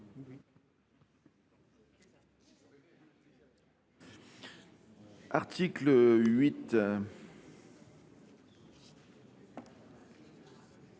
Merci,